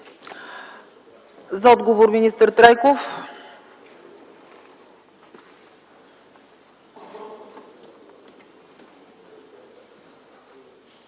За отговор – министър Трайков.